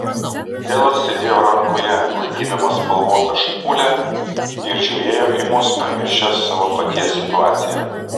delas sėdėjo rankoje laikydamas spalvotą špūlę ir žiūrėjo į mus pamiršęs savo paties situaciją